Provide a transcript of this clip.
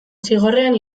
zigorrean